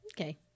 Okay